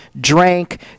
drank